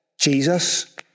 Jesus